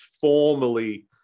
formally